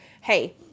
hey